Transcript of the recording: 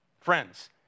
Friends